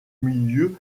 milieu